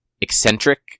eccentric